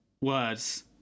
words